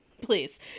please